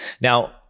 Now